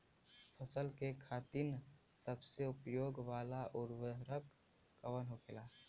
फसल के खातिन सबसे उपयोग वाला उर्वरक कवन होखेला?